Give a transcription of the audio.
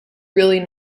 really